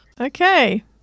Okay